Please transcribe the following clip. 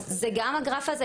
זה הגרף הזה.